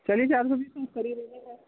چلیے چار سو بیس تو کر ہی دیجیے گا